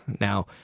Now